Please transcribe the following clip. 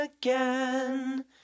again